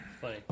Funny